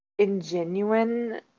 ingenuine